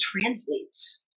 translates